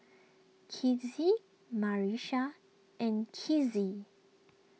Kizzie Marsha and Kizzie